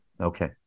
Okay